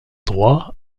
droit